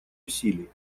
усилий